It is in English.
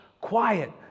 quiet